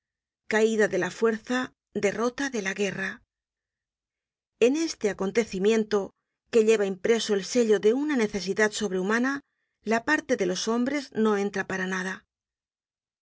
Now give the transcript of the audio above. caida de la fuerza derrota de la guerra en este acontecimiento que lleva impreso el sello de una necesidad sobrehumana la parte de los hombres no entra para nada